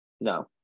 No